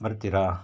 ಬರ್ತೀರಾ